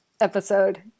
episode